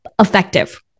effective